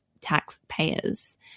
taxpayers